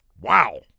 Wow